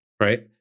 Right